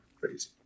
Crazy